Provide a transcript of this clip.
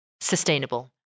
sustainable